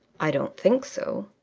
i don't think so.